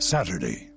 Saturday